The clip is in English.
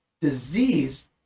disease